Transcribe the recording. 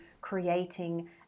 creating